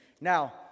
Now